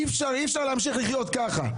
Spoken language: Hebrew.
אי אפשר, אי אפשר להמשיך לחיות ככה.